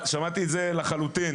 שמעתי את זה לחלוטין.